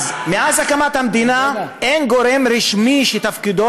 מאז הקמת המדינה אין גורם רשמי שתפקידו